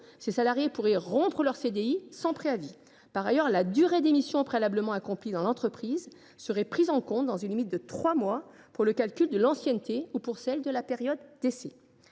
ces salariés pourraient rompre leur CDI sans préavis. Par ailleurs, la durée des missions préalablement accomplies dans l’entreprise serait prise en compte, dans une limite de trois mois, pour le calcul de l’ancienneté et pour la période d’essai.